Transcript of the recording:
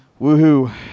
woohoo